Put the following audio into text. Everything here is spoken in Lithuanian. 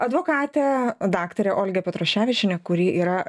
advokatę daktarę olgą petroševičienę kuri yra